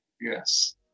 Yes